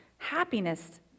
happiness